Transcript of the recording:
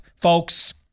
folks